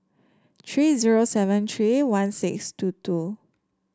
tree zero seven tree one six two two